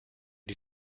die